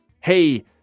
hey